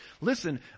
listen